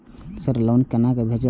Sir loan के केना ब्याज दीये परतें?